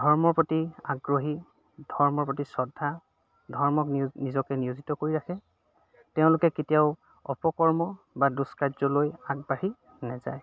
ধৰ্মৰ প্ৰতি আগ্ৰহী ধৰ্মৰ প্ৰতি শ্ৰদ্ধা ধৰ্মক নিজকে নিয়োজিত কৰি ৰাখে তেওঁলোকে কেতিয়াও অপকৰ্ম বা দুষ্কাৰ্যলৈ আগবাঢ়ি নেযায়